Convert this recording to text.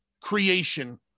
creation